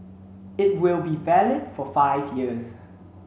it will be valid for five years